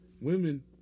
women